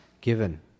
given